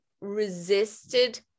resisted